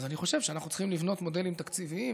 אז אני חושב שאנחנו צריכים לבנות מודלים תקציביים